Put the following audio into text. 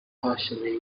partially